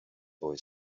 boy